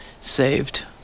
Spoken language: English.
saved